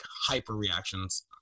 hyper-reactions